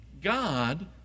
God